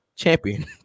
Champion